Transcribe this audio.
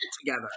together